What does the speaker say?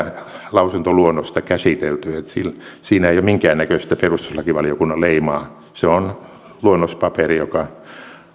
lausuntoluonnosta käsitelty eli siinä ei ole minkäännäköistä perustuslakivaliokunnan leimaa se on luonnospaperi joka